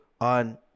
on